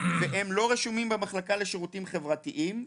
והם לא רשומים במחלקה לשירותים חברתיים,